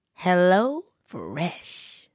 HelloFresh